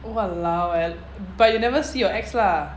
!walao! eh but you never see your ex lah